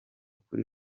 kuri